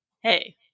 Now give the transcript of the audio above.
Hey